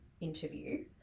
interview –